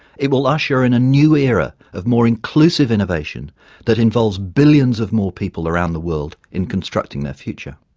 it will usher in a new era of more inclusive innovation that involves billions of more people around the world in constructing their future.